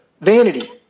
Vanity